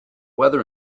weather